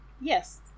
Yes